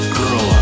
girl